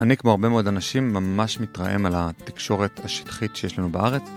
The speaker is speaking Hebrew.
אני כמו הרבה מאוד אנשים ממש מתרעם על התקשורת השטחית שיש לנו בארץ.